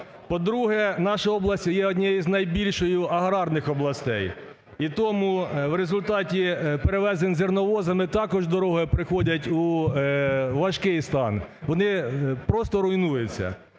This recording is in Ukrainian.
По-друге, наша область є однією з найбільшою аграрних областей. І тому в результаті перевезень зерновозами також дороги приходять у важкий стан, вони просто руйнуються.